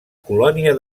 colònia